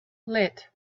lit